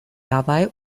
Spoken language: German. dabei